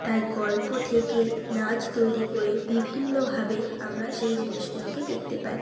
তাই গল্প থেকে নাচ তৈরি করে বিভিন্নভাবে আমরা সেই জিনিসগুলোকে দেখতে পাই